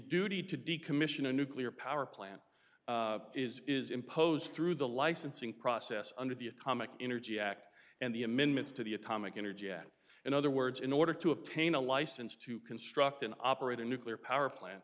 duty to decommission a nuclear power plant is is imposed through the licensing process under the atomic energy act and the amendments to the atomic energy in other words in order to obtain a license to construct an operator nuclear power plant